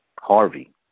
Harvey